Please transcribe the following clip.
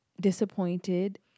disappointed